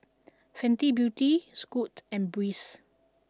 Fenty Beauty Scoot and Breeze